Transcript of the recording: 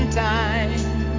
time